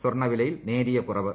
സ്വർണ്ണ വിലയിൽ നേരിയ കുറവ്